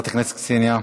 חברת הכנסת קסניה,